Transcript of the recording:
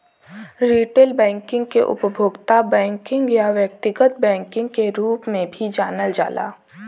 retail banking के उपभोक्ता banking या व्यक्तिगत बैंकिंग के रूप में भी जानल जाला